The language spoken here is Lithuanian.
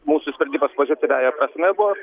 mūsų sprendimas pozityviąja prasme buvo